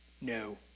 No